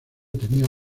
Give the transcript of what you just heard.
tenían